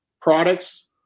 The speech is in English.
products